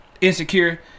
insecure